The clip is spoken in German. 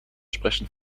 sprechen